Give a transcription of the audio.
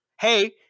Hey